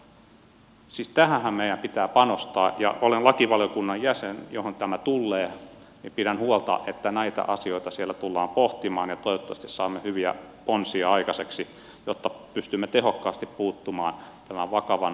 siis tähänhän meidän pitää panostaa ja olen jäsenenä lakivaliokunnassa johon tämä tullee ja pidän huolta että näitä asioita siellä tullaan pohtimaan ja toivottavasti saamme hyviä ponsia aikaiseksi jotta pystymme tehokkaasti puuttumaan tämän vakavan ongelman ennaltaehkäisyyn